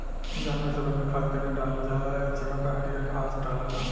जानवर से बनल खाद के ना डालल जाला ए जगह पर हरियर घास डलाला